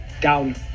down